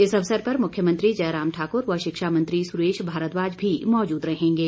इस अवसर पर मुख्यमंत्री जयराम ठाकुर व शिक्षामंत्री सुरेश भारद्वाज भी मौजूद रहेंगे